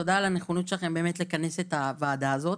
תודה על הנכונות שלכם לכנס את הוועדה הזאת.